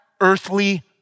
Earthly